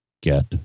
get